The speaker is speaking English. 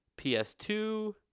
PS2